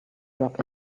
drop